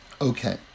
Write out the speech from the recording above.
Okay